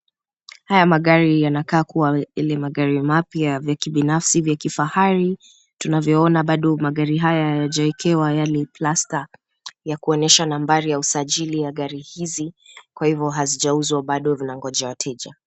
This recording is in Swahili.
Haya magari yanakaa kuwa ni magari mapya vya kibinafsi vya kifahari. Tunavyoona bado magari haya hayajawekewa yale plasta ya kuonyesha nambari ya usajili ya gari hizi kwa hivyo hazijauzwa bado vinangoja wateja.